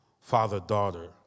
father-daughter